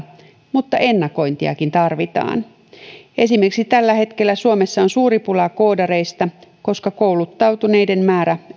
mutta ennakointiakin tarvitaan suomessa on tällä hetkellä suuri pula esimerkiksi koodareista koska kouluttautuneiden määrä